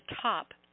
top